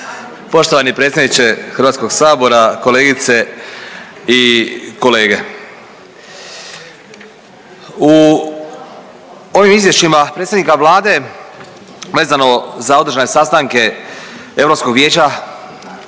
poštovani predsjedniče HS-a, kolegice i kolege. U ovim izvješćima predsjednika Vlade vezano za održane sastanke Europskog vijeća